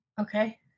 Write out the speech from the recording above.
Okay